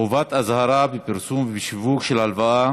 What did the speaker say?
חובת אזהרה בפרסום ובשיווק של הלוואה